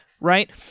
right